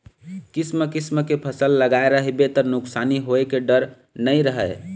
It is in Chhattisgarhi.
किसम किसम के फसल लगाए रहिबे त नुकसानी होए के डर नइ रहय